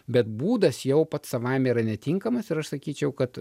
bet būdas jau pats savaime yra netinkamas ir aš sakyčiau kad